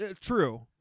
True